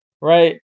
right